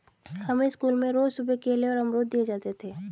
हमें स्कूल में रोज सुबह केले और अमरुद दिए जाते थे